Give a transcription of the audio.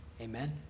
Amen